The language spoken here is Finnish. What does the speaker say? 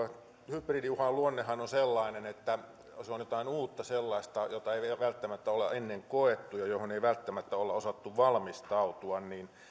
hybridiuhan luonnehan on sellainen että se on jotain uutta sellaista jota ei vielä välttämättä olla ennen koettu ja johon ei välttämättä olla osattu valmistautua niin